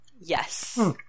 Yes